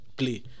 play